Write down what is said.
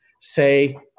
say